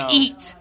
eat